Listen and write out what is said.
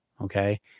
Okay